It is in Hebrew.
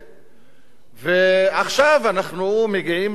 ועכשיו אנחנו מגיעים לנקודת האמת,